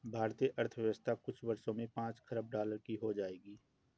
भारतीय अर्थव्यवस्था कुछ वर्षों में पांच खरब डॉलर की हो जाएगी